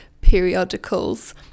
periodicals